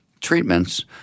treatments